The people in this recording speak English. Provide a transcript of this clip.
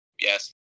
Yes